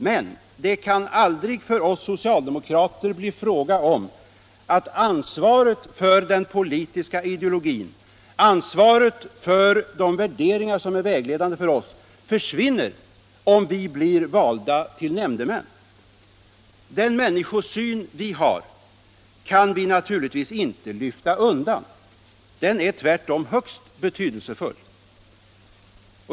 Men det kan aldrig för oss socialdemokrater bli fråga om att ansvaret för den politiska ideologin, ansvaret för de värderingar som är vägledande för oss, försvinner om vi blir valda till nämndemän. Den människosyn vi har kan vi naturligtvis inte lyfta undan. Den är tvärtom högst betydelsefull.